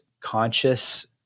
conscious